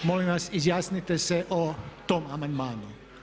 Molim vas izjasnite se o tom amandmanu.